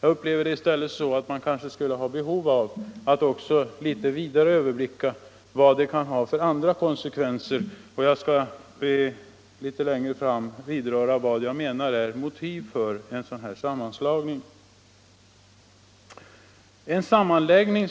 Jag upplever i stället behovet av en litet vidare överblick av andra konsekvenser, och jag skall litet längre fram vidröra vad jag menar är motivet för en sådan här sammanslagning. En sammanslagning